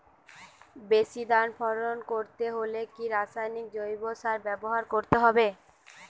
বেশি ধান ফলন করতে হলে কি রাসায়নিক জৈব সার ব্যবহার করতে হবে?